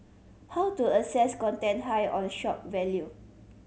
how to assess content high on shock value